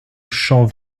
champ